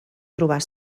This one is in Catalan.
trobar